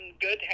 good